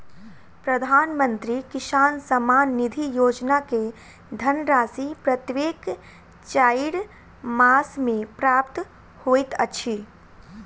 प्रधानमंत्री किसान सम्मान निधि योजना के धनराशि प्रत्येक चाइर मास मे प्राप्त होइत अछि